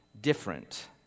different